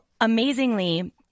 amazingly